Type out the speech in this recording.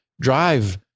drive